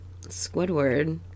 Squidward